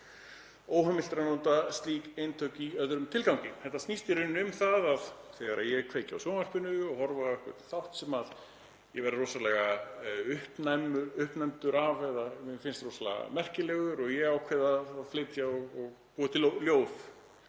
Óheimilt er að nota slík eintök í öðrum tilgangi. Þetta snýst í rauninni um það að ég kveiki á sjónvarpinu og horfi á einhvern þátt sem ég verð rosalega uppnuminn af eða mér finnst rosalega merkilegur og ég ákveð að flytja og búa til ljóð